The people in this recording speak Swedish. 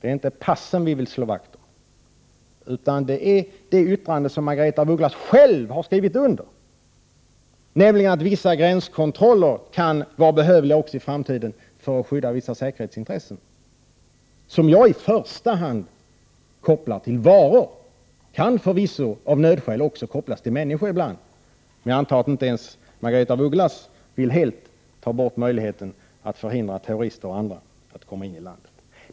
Det är inte passen vi vill slå vakt om, utan det är det yttrande som Margaretha af Ugglas själv har skrivit under, nämligen att vissa gränskontroller kan vara behövliga även i framtiden för att tillgodose vissa säkerhetsintressen. Jag kopplar detta i första hand till varor, men av nödskäl kan det förvisso även ibland kopplas till människor. Jag antar att inte ens Margaretha af Ugglas helt vill ta bort möjligheten att förhindra t.ex. terrorister kommer in i landet.